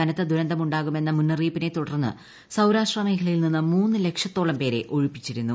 കനത്ത ദൂരന്തം ഉണ്ടാകുമെന്ന മുന്നറിയിപ്പിനെ തുടർന്ന് സൌരാഷ്ട്ര മേഖലയിൽ നിന്ന് മൂന്നു ലക്ഷത്തോളം പേരെ ഒഴിപ്പിച്ചിരുന്നു